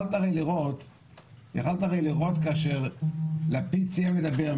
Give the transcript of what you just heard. יכולת הרי לראות את זה כאשר לפיד סיים לדבר.